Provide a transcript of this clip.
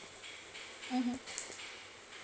mmhmm